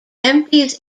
empties